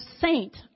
saint